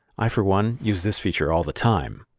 i for one use this feature all the time!